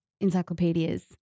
encyclopedias